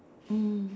mm